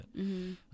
-hmm